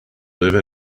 live